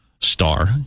star